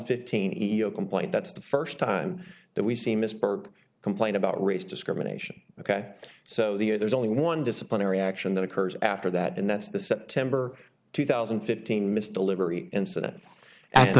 fifteen ego complaint that's the first time that we see ms burke complain about race discrimination ok so the there's only one disciplinary action that occurs after that and that's the september two thousand and fifteen miss delivery incident a